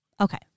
Okay